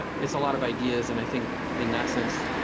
it's a lot of ideas. and i think in that sense,